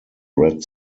red